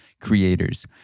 creators